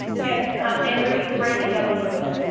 yes, um annemarie, you're breaking up a little bit.